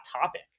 topic